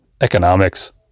Economics